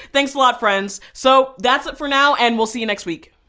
thanks a lot friends! so, that's it for now and we'll see you next week!